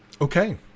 Okay